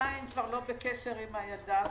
כבר לא בקשר עם הילדה שלי.